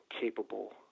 capable